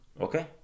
Okay